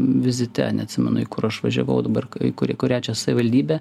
vizite neatsimenu į kur aš važiavau dabar kai kuri kurią čia savivaldybę